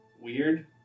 weird